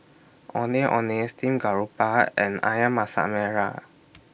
Ondeh Ondeh Steamed Garoupa and Ayam Masak Merah